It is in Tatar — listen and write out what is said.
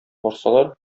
барсалар